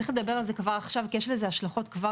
צריך לדבר על זה כבר עכשיו כי יש לזה השלכות כבר